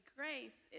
grace